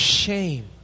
shame